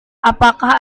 apakah